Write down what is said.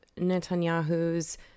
netanyahu's